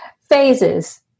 phases